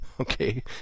Okay